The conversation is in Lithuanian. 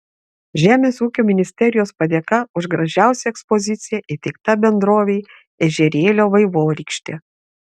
žemės ūkio ministerijos padėka už gražiausią ekspoziciją įteikta bendrovei ežerėlio vaivorykštė